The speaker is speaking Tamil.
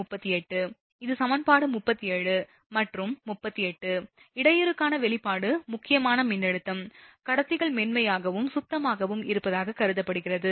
இப்போது சமன்பாடு 37 மற்றும் 38 இடையூறுக்கான வெளிப்பாடு முக்கியமான மின்னழுத்தம் கடத்திகள் மென்மையாகவும் சுத்தமாகவும் இருப்பதாகக் கருதப்படுகிறது